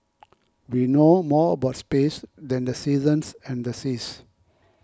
we know more about space than the seasons and the seas